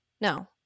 no